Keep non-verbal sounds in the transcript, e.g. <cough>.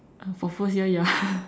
for first year ya <laughs>